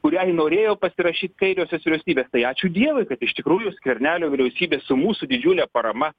kuriai norėjo pasirašyt kairiosios vyriausybės tai ačiū dievui kad iš tikrųjų skvernelio vyriausybė su mūsų didžiule parama